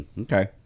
Okay